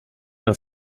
byl